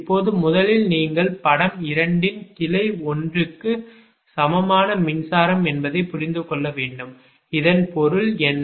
இப்போது முதலில் நீங்கள் படம் 2 ன் கிளை 1 க்கு சமமான மின்சாரம் என்பதை புரிந்து கொள்ள வேண்டும் இதன் பொருள் என்ன